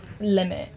limit